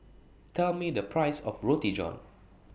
Tell Me The Price of Roti John